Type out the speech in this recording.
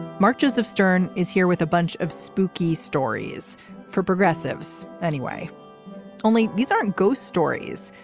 mark joseph stern is here with a bunch of spooky stories for progressives anyway only these aren't ghost stories.